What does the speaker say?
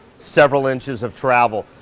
several inches of travel,